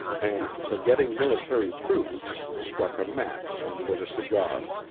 and forgetting military prudence struck a match and lit a cigar.